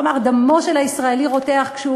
והוא אמר: דמו של הישראלי רותח כשהוא